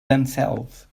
themselves